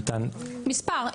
מספר,